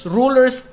rulers